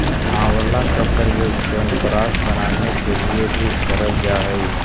आंवला का प्रयोग च्यवनप्राश बनाने के लिए भी करल जा हई